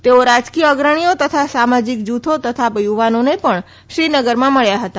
તેઓ રાજકીય અગ્રણીઓ તથા સમાજિક જૂથો તથા યુવાનોને પણ શ્રીનગરમાં મળ્યા હતા